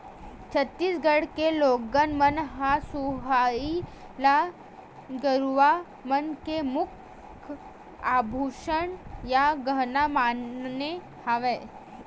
छत्तीसगढ़ के लोगन मन ह सोहई ल गरूवा मन के मुख्य आभूसन या गहना माने हवय